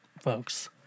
folks